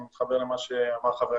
אני מתחבר למה שאמר ח"כ